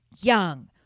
young